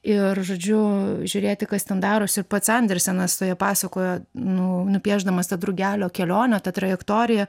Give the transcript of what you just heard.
ir žodžiu žiūrėti kas ten darosi ir pats andersenas toje pasakoje nu nupiešdamas tą drugelio kelionę tą trajektoriją